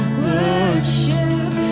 worship